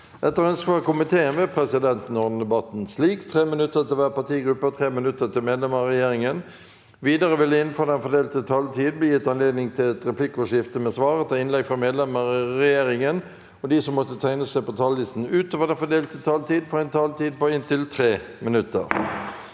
Etter ønske fra finanskomi- teen vil presidenten ordne debatten slik: 3 minutter til hver partigruppe og 3 minutter til medlemmer av regjeringen. Videre vil det – innenfor den fordelte taletid – bli gitt anledning til et replikkordskifte med svar etter innlegg fra medlemmer av regjeringen, og de som måtte tegne seg på talerlisten utover den fordelte taletid, får også en taletid på inntil 3 minutter.